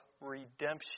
redemption